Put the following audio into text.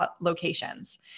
locations